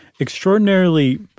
extraordinarily